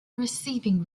receiving